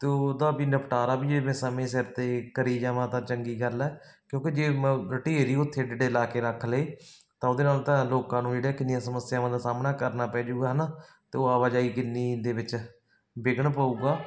ਅਤੇ ਉਹਦਾ ਵੀ ਨਿਪਟਾਰਾ ਵੀ ਇਹ ਮੈਂ ਸਮੇ ਸਿਰ 'ਤੇ ਕਰੀ ਜਾਵਾਂ ਤਾਂ ਚੰਗੀ ਗੱਲ ਹੈ ਕਿਉਂਕਿ ਜੇ ਮੈਂ ਢੇਰ ਹੀ ਉੱਥੇ ਏਡੇ ਏਡੇ ਲਾ ਕੇ ਰੱਖ ਲਏ ਤਾਂ ਉਹਦੇ ਨਾਲ ਤਾਂ ਲੋਕਾਂ ਨੂੰ ਜਿਹੜੀਆਂ ਕਿੰਨੀਆਂ ਸਮੱਸਿਆਵਾਂ ਦਾ ਸਾਹਮਣਾ ਕਰਨਾ ਪੈ ਜਾਊਗਾ ਹੈ ਨਾ ਅਤੇ ਉਹ ਆਵਾਜਾਈ ਕਿੰਨੀ ਦੇ ਵਿੱਚ ਵਿਘਨ ਪਊਗਾ